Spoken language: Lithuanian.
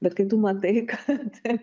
bet kai tu matai kad